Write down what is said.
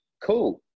cool